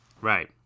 Right